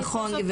אז תעזרו לי.